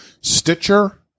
Stitcher